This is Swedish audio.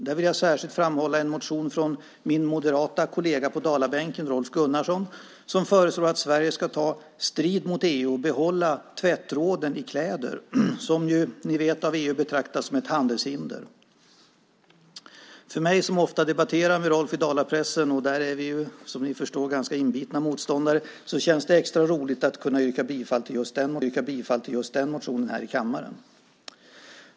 Där vill jag särskilt framhålla en motion från min moderate kollega på Dalabänken, Rolf Gunnarsson, som föreslår att Sverige ska ta strid med EU och behålla tvättråden i kläder, som ju av EU betraktas som ett handelshinder, som ni vet. Jag debatterar ofta med Rolf i dalapressen - där vi är inbitna motståndare, som ni kan förstå - och därför känns det extra roligt att yrka bifall till den motionen i kammaren.